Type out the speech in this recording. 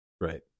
Right